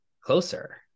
closer